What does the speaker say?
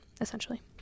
essentially